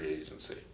agency